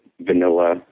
vanilla